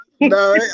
no